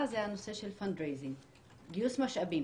זה הנושא של גיוס משאבים